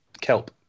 Kelp